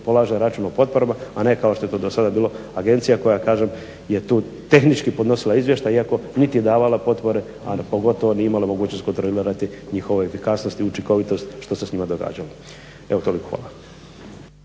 polaže račun o potporama, a ne kao što je to do sada bilo agencija koja kažem je tu tehnički podnosila izvještaj iako niti je davala potpore, a pogotovo nije imala mogućnost kontrolirati njihovu efikasnost i učinkovitost što se s njima događalo. Evo toliko, hvala.